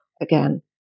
again